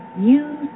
use